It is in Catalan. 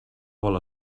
vol